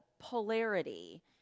polarity